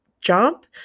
jump